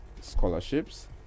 scholarships